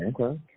Okay